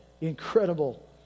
incredible